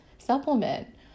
supplement